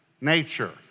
nature